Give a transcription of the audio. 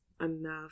enough